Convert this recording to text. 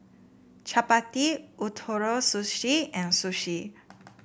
Chapati Ootoro Sushi and Sushi